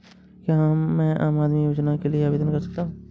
क्या मैं आम आदमी योजना के लिए आवेदन कर सकता हूँ?